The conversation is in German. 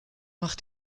mach